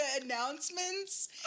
announcements